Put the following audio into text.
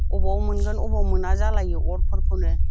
अबाव मोनगोन अबाव मोना जालायो अरफोरखौनो